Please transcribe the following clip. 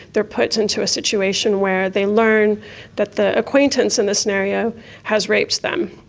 they are put into a situation where they learn that the acquaintance in the scenario has raped them.